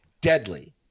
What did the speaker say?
deadly